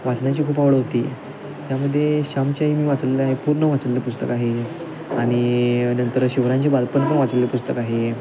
वाचनाची खूप आवड होती त्यामध्ये श्यामची आई मी वाचलेलं आहे पूर्ण वाचलेलं पुस्तक आहे आणि नंतर शिवरायांचे बालपण पण वाचलेले पुस्तक आहे